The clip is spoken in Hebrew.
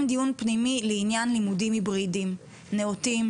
דיון פנימי לעניין לימודים היברידיים נאותים.